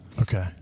Okay